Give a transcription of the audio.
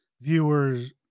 viewers